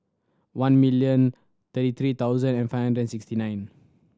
one million thirty three thousand and five hundred sixty nine